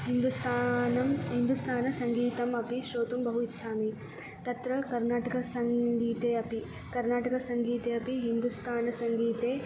हिन्दुस्तानम् हिन्दुस्तानसङ्गीतमपि श्रोतुं बहु इच्छामि तत्र कर्नाटकसङ्गीते अपि कर्नाटकसङ्गीते अपि हिन्दुस्तानसङ्गीते